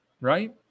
Right